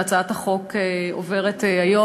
שהצעת החוק עוברת היום.